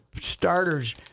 starters